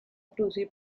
producir